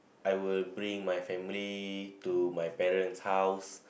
I will bring my family to my parents house